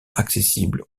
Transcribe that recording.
accessible